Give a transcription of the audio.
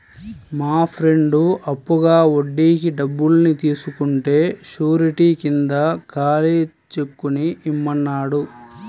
మా ఫ్రెండు అప్పుగా వడ్డీకి డబ్బుల్ని తీసుకుంటే శూరిటీ కింద ఖాళీ చెక్కుని ఇమ్మన్నాడు